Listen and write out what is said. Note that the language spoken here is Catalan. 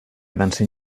dansen